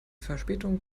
verspätung